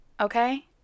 Okay